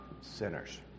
sinners